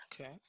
Okay